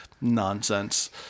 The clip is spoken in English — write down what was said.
Nonsense